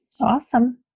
Awesome